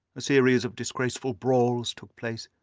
a series of disgraceful brawls took place,